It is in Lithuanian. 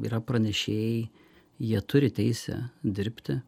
yra pranešėjai jie turi teisę dirbti